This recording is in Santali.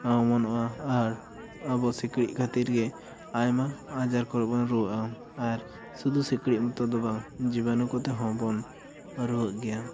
ᱚᱢᱚᱱᱚᱜᱼᱟ ᱟᱨ ᱟᱵᱚ ᱥᱤᱠᱬᱤᱡ ᱠᱷᱟᱹᱛᱤᱨ ᱜᱮ ᱟᱭᱢᱟ ᱟᱡᱟᱨ ᱠᱚᱨᱮ ᱵᱚᱱ ᱨᱩᱣᱟᱹᱜᱼᱟ ᱟᱨ ᱥᱩᱫᱩ ᱥᱤᱠᱬᱤᱡ ᱢᱚᱛᱚ ᱫᱚ ᱵᱟᱝ ᱡᱤᱵᱟᱱᱩ ᱠᱚᱛᱮ ᱦᱚᱸ ᱵᱚᱱ ᱨᱩᱣᱟᱹᱜ ᱜᱮᱭᱟ